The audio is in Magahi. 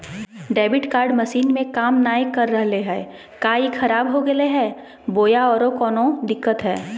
डेबिट कार्ड मसीन में काम नाय कर रहले है, का ई खराब हो गेलै है बोया औरों कोनो दिक्कत है?